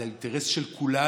זה האינטרס של כולנו.